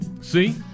See